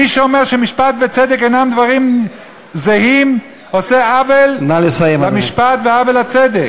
מי שאומר שמשפט וצדק אינם דברים זהים עושה עוול למשפט ועוול לצדק.